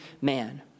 man